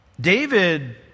David